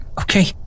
Okay